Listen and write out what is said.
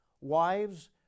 Wives